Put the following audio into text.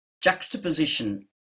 juxtaposition